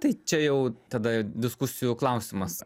tai čia jau tada diskusijų klausimas